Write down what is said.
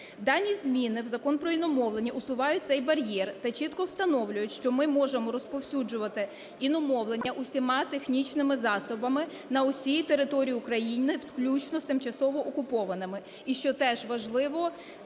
Дані зміни в Закон про іномовлення усувають цей бар'єр та чітко встановлюють, що ми можемо розповсюджувати іномовлення всіма технічними засобами на всій території України, включно з тимчасово окупованими і, що теж важливо,